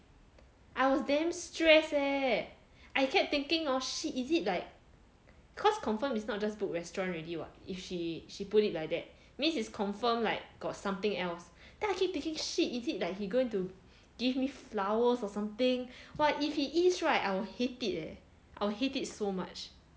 I was damn stress leh I kept thinking hor shit is it like cause confirm is not just book restaurant already what if she she put it like that means is confirm like got something else then I keep thinking shit is it like he going to give me flowers or something !wah! if he is right I'll hate it leh I'll hate it so much